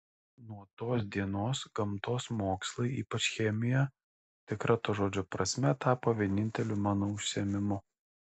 nuo tos dienos gamtos mokslai ypač chemija tikra to žodžio prasme tapo vieninteliu mano užsiėmimu